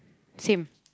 same